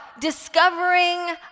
discovering